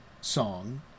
song